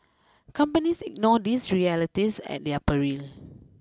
companies ignore these realities at their peril